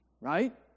right